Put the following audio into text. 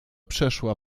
przeszła